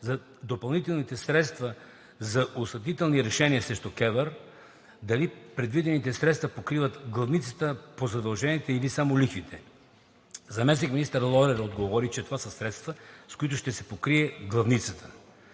за допълнителните средства за осъдителни решения срещу КЕВР, дали предвидените средства покриват главницата по задълженията, или само лихвите. Заместник-министър Лорер отговори, че това са средства, с които ще се покрие главницата.